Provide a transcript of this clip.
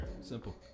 Simple